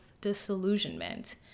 disillusionment